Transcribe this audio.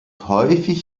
häufig